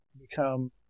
become